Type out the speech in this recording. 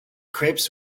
crepes